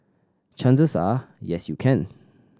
chances are yes you can